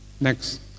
Next